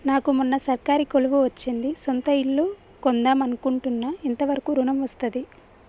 నాకు మొన్న సర్కారీ కొలువు వచ్చింది సొంత ఇల్లు కొన్దాం అనుకుంటున్నా ఎంత వరకు ఋణం వస్తది?